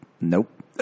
Nope